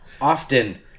often